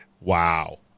Wow